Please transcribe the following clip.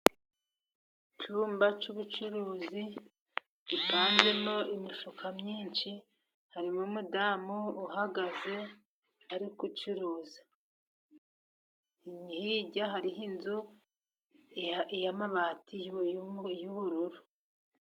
Icyumba cy'ubucuruzi gipanzemo imifuka myinshi, harimo umugore uhagaze ari gucuruza, hirya hariho inzu y'amabati y'ubururu.